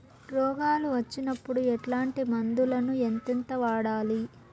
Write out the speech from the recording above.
రోగాలు వచ్చినప్పుడు ఎట్లాంటి మందులను ఎంతెంత వాడాలి?